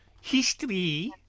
History